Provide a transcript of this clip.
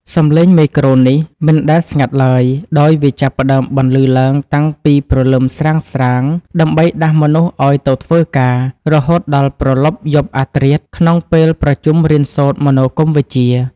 សំឡេងមេក្រូនេះមិនដែលស្ងាត់ឡើយ ដោយវាចាប់ផ្ដើមបន្លឺឡើងតាំងពីព្រលឹមស្រាងៗដើម្បីដាស់មនុស្សឱ្យទៅធ្វើការ រហូតទល់ព្រលប់យប់អាធ្រាត្រក្នុងពេលប្រជុំរៀនសូត្រមនោគមវិជ្ជា។